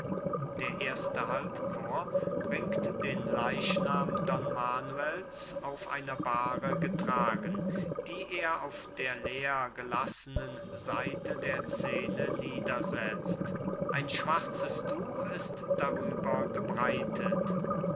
der erste halbchor bringt den leichnam don manuels auf einer bahre getragen die er auf der leer gelassenen seite der scene niedersetzt ein schwarzes tuch ist darüber gebreitet